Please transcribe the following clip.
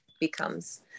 becomes